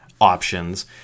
options